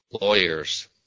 Lawyers